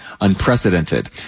unprecedented